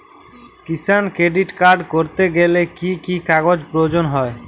কিষান credit card করতে গেলে কি কি কাগজ প্রয়োজন হয়?